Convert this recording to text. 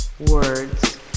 words